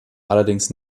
allerdings